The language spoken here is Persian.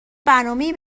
برنامهای